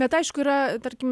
bet aišku yra tarkim